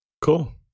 Cool